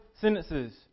sentences